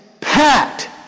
packed